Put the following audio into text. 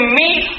meet